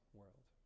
world